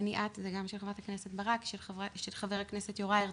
זה גם של חברת הכנסת ברק,